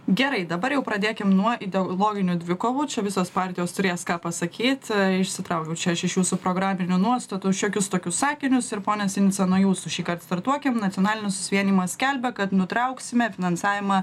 gerai dabar jau pradėkim nuo ideologinių dvikovų čia visos partijos turės ką pasakyt išsitraukiau čia aš iš jūsų programinių nuostatų šiokius tokius sakinius ir pone sinica nuo jūsų šįkart startuokim nacionalinis susivienijimas skelbia kad nutrauksime finansavimą